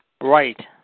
Right